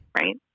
right